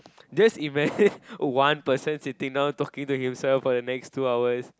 just imagine one person sitting down talking to himself for the next two hours